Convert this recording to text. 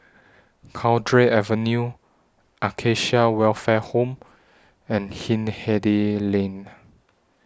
Cowdray Avenue Acacia Welfare Home and Hindhede Lane